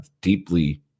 deeply